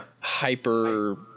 hyper